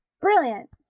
brilliant